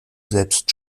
selbst